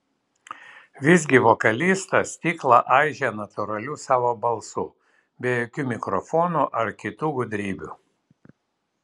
visgi vokalistas stiklą aižė natūraliu savo balsu be jokių mikrofonų ar kitų gudrybių